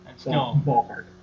ballpark